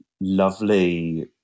lovely